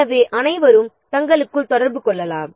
எனவே அனைவரும் தங்களுக்குள் தொடர்பு கொள்ளலாம்